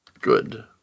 Good